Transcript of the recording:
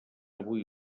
avui